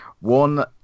One